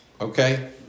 okay